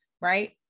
right